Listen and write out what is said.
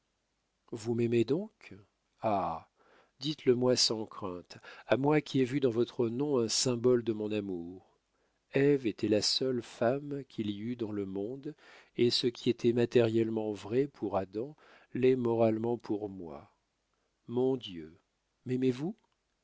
vous m'aimez donc ah dites-le-moi sans crainte à moi qui ai vu dans votre nom un symbole de mon amour ève était la seule femme qu'il y eût dans le monde et ce qui était matériellement vrai pour adam l'est moralement pour moi mon dieu